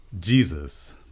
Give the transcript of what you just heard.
Jesus